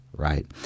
right